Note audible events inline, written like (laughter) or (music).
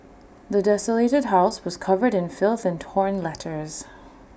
the desolated house was covered in filth and torn letters (noise)